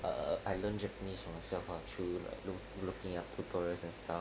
err I learnt japanese by myself ah through looking up tutorials and stuff